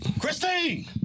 Christine